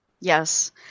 Yes